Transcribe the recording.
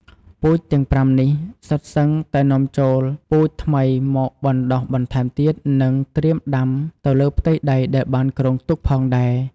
ពូជទាំង៥នេះសុទ្ធសឹងតែនាំចូលពូជថ្មីមកបណ្តុះបន្ថែមទៀត និងត្រៀមដាំទៅលើផ្ទៃដីដែលបានគ្រោងទុកផងដែរ។